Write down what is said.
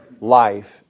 life